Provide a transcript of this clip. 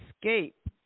Escape